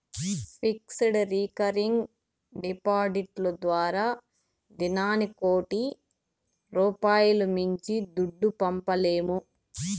fixed, recurring డిపాడిట్లు ద్వారా దినానికి కోటి రూపాయిలు మించి దుడ్డు పంపలేము